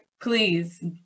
please